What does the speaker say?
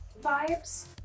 vibes